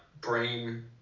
brain